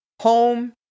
home